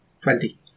Twenty